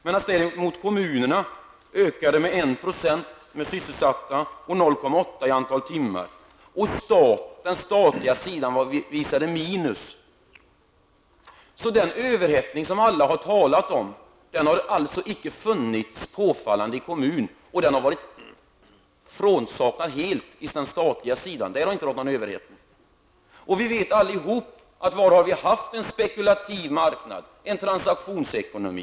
Däremot ökade kommunerna antalet sysselsatta med 1 % och antalet timmar med 0,8 %. Den statliga sidan visade minus. Den överhettning som alla har talat om har alltså icke varit påfallande inom kommunerna. Den statliga sidan har varit helt i avsaknad av någon överhettning. Var har vi då haft en spekulativ marknad, en transaktionsekonomi?